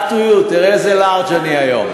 up to you, תראה איזה לארג' אני היום.